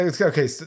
Okay